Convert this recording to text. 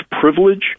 privilege